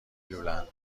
لولند